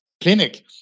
clinic